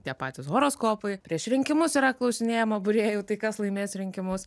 tie patys horoskopai prieš rinkimus yra klausinėjama būrėjų tai kas laimės rinkimus